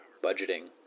budgeting